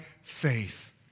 faith